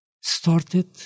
started